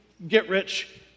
get-rich